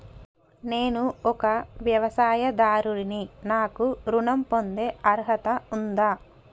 నేను ఒక వ్యవసాయదారుడిని నాకు ఋణం పొందే అర్హత ఉందా?